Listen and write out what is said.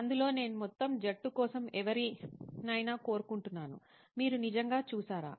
అందులో నేను మొత్తం జట్టు కోసం ఎవరినైనా కోరుకుంటున్నాను మీరు నిజంగా చూశారా